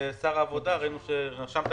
הלכו למעון אחד קטן,